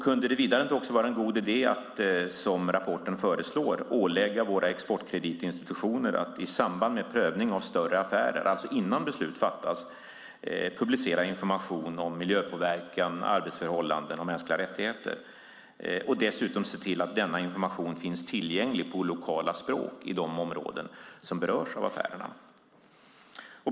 Kunde det inte vidare vara en god idé att, som rapporten föreslår, ålägga våra exportkreditinstitutioner att i samband med prövning av större affärer - alltså innan beslut fattas - publicera information om miljöpåverkan, arbetsförhållanden och mänskliga rättigheter och dessutom se till att denna information finns tillgänglig på lokala språk i de områden som berörs av affärerna?